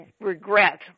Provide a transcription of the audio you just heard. regret